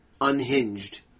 unhinged